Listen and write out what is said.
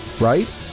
Right